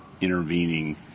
intervening